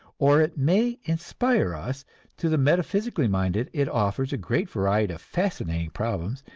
or it may inspire us to the metaphysically minded it offers a great variety of fascinating problems.